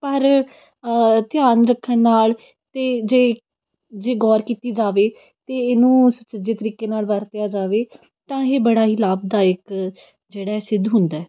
ਪਰ ਧਿਆਨ ਰੱਖਣ ਨਾਲ ਅਤੇ ਜੇ ਜੇ ਗੌਰ ਕੀਤੀ ਜਾਵੇ ਅਤੇ ਇਹਨੂੰ ਸੁਚੱਜੇ ਤਰੀਕੇ ਨਾਲ ਵਰਤਿਆ ਜਾਵੇ ਤਾਂ ਇਹ ਬੜਾ ਹੀ ਲਾਭਦਾਇਕ ਜਿਹੜਾ ਹੈ ਸਿੱਧ ਹੁੰਦਾ ਹੈ